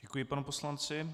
Děkuji panu poslanci.